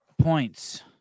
points